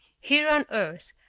here on earth,